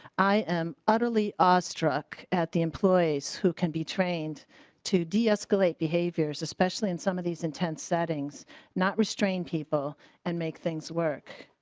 i am utterly awestruck at the employees who can be trained to de escalate behaviors especially in some of these intense settings not restrain people and make things work.